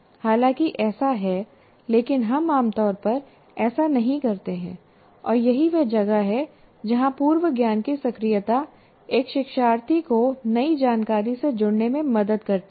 हालांकि ऐसा है लेकिन हम आमतौर पर ऐसा नहीं करते हैं और यही वह जगह है जहां पूर्व ज्ञान की सक्रियता एक शिक्षार्थी को नई जानकारी से जुड़ने में मदद करती है